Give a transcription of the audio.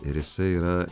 ir jisai yra